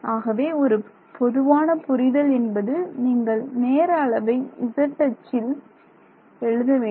ஆகவே ஒரு பொதுவான புரிதல் என்பது நீங்கள் நேர அளவை zஅச்சில் எழுத வேண்டும்